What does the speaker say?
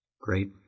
Great